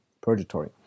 purgatory